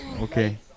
Okay